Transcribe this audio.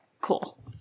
Cool